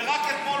ורק אתמול